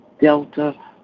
Delta